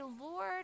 Lord